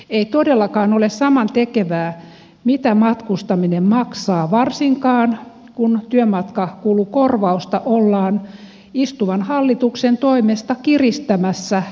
ei todellakaan ole samantekevää mitä matkustaminen maksaa varsinkaan kun työmatkakulukorvausta ollaan istuvan hallituksen toimesta kiristämässä